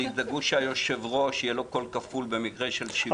תדאגו שליושב-ראש יהיה קול כפול במקרה של שוויון.